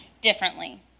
differently